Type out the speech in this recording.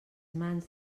mans